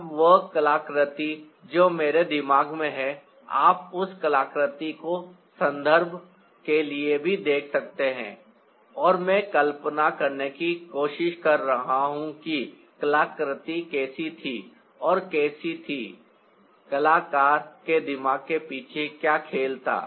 अब वह कलाकृति जो मेरे दिमाग में है आप उस कलाकृति को संदर्भ के लिए भी देख सकते हैं और मैं कल्पना करने की कोशिश कर रहा हूं कि कलाकृति कैसी थी और कैसी थी कलाकार के दिमाग के पीछे क्या खेल था